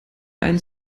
einen